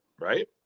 right